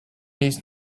his